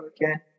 again